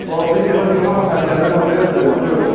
अह बे थेख्ला थेख्ला माखासेआनो बांद्राय जाथारबाय माथो